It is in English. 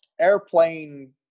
airplane